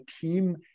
team